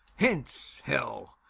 hence, hell!